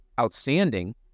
outstanding